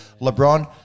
LeBron